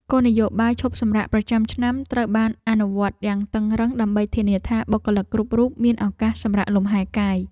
គោលនយោបាយឈប់សម្រាកប្រចាំឆ្នាំត្រូវបានអនុវត្តយ៉ាងតឹងរ៉ឹង ដើម្បីធានាថាបុគ្គលិកគ្រប់រូបមានឱកាសសម្រាកលម្ហែកាយ។